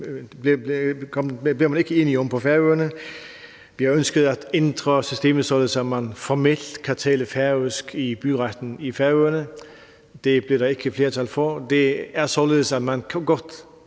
det blev man ikke enige om på Færøerne. Vi har ønsket at ændre systemet, således at man formelt kan tale færøsk i byretten i Færøerne. Det blev der ikke flertal for. Det er således, at man godt